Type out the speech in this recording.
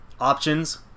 options